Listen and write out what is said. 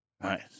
Nice